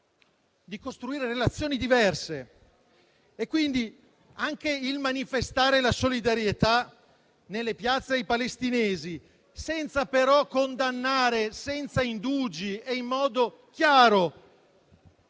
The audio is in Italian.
di costruire relazioni diverse e quindi anche il manifestare la solidarietà nelle piazze ai palestinesi, senza però condannare, senza indugi e in modo chiaro,